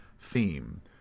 theme